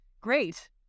Great